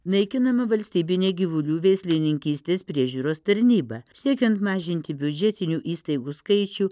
naikinama valstybinė gyvulių veislininkystės priežiūros tarnyba siekiant mažinti biudžetinių įstaigų skaičių